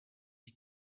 die